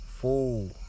fool